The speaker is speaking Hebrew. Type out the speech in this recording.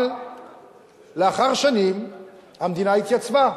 אבל לאחר שנים המדינה התייצבה,